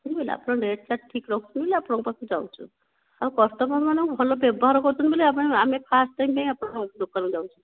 ବୁଝିପାରିଲେ ଆପଣ ରେଟ ରାଟ ଠିକ୍ ରଖୁଛନ୍ତି ବୋଲି ଆପଣଙ୍କ ପାଖକୁ ଯାଉଛୁ ଆଉ କଷ୍ଟମର ମାନଙ୍କୁ ଭଲ ବ୍ୟବହାର କରୁଛନ୍ତି ବୋଲି ଆପଣ ଆମେ ଫାଷ୍ଟ ଟାଇମ ପାଇଁ ଆପଣଙ୍କ ଦୋକାନ କୁ ଯାଉଛୁ